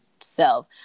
self